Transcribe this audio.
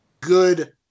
good